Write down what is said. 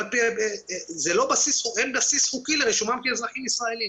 אז אין בסיס חוקי לרישומם כאזרחים ישראלים.